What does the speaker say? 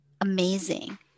amazing